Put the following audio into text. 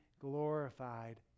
glorified